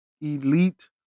elite